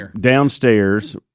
downstairs